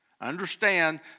Understand